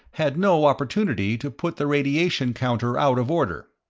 had no opportunity to put the radiation counter out of order.